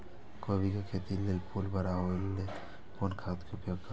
कोबी के खेती लेल फुल बड़ा होय ल कोन खाद के उपयोग करब?